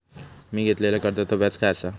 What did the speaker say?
मी घेतलाल्या कर्जाचा व्याज काय आसा?